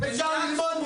אפשר ללמוד מטעויות.